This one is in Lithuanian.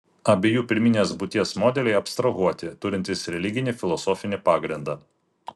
abiejų pirminės būties modeliai abstrahuoti turintys religinį filosofinį pagrindą